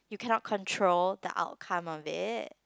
you cannot control the outcome of it